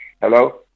Hello